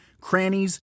crannies